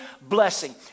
Blessing